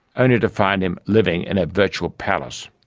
only to find him living in a virtual palace.